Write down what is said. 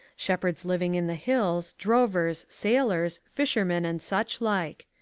shepherds living in the hills, drovers, sailors, fishermen and such like.